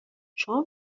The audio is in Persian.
شما